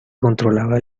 controlaba